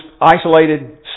isolated